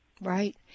right